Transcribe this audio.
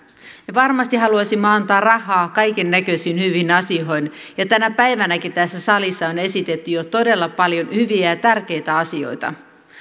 varmasti haluaisimme antaa rahaa kaikennäköisiin hyviin asioihin tänäkin päivänä tässä salissa on esitetty jo todella paljon hyviä ja ja tärkeitä asioita